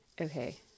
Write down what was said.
Okay